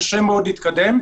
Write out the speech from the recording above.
קשה מאוד להתקדם.